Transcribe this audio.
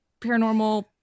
paranormal